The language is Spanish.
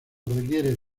requiere